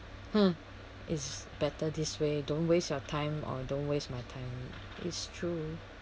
!huh! it's better this way don't waste your time or don't waste my time it's true